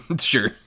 sure